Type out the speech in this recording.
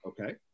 Okay